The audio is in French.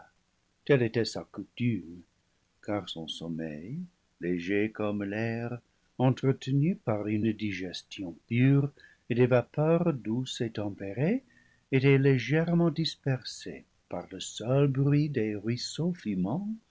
telle était sa coutume car son sommeil léger comme l'air entretenu par une digestion pure et des vapeurs douces et tempérées était légèrement dispersé par le seul bruit des ruisseaux fumants